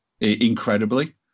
incredibly